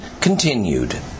continued